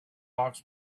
hawks